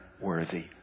worthy